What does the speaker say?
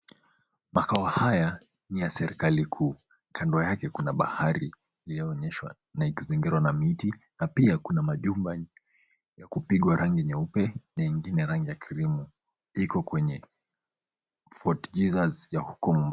Makao haya ni ya serikali kuu. Kando yake kuna bahari iliyoonyeshwa na ikizingirwa na miti na pia kuna majumba ya kupigwa rangi nyeupe na ingine rangi ya kirimu. Iko kwenye Fort Jesus ya huko Mombasa.